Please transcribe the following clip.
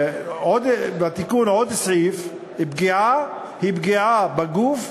בתיקון עוד סעיף: פגיעה היא פגיעה בגוף,